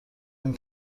این